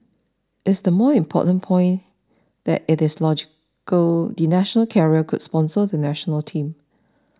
is the more important point that it is logical the national carrier should sponsor the National Team